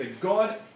God